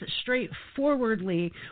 straightforwardly